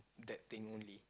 in that thing only